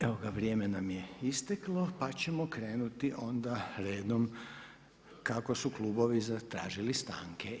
Evo ga, vrijeme nam je isteklo pa ćemo krenuti onda redom kako su klubovi zatražili stanke.